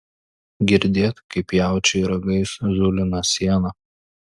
girdėt kaip jaučiai ragais zulina sieną